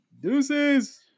Deuces